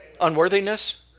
unworthiness